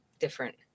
different